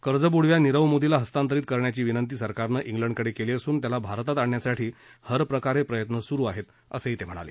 कर्जबुडव्या नीरव मोदीला हस्तांतरित करण्याची विनंती सरकारनं उलडकडे केली असून त्याला भारतात आणण्यासाठी हर प्रकारे प्रयत्न चालू आहेत असं ते म्हणाले